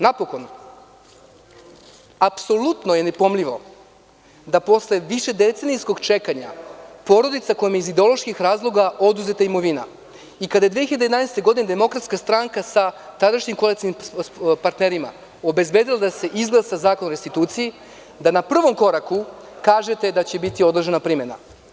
Napokon, apsolutno je nepojmljivo da posle višedecenijskog čekanja porodica kojoj je iz ideoloških razloga oduzeta imovina, kada je 2011. godine DS sa tadašnjim koalicionim partnerima obezbedila da se izglasa Zakon o restituciji, da na prvom kažete da će biti odložena primena.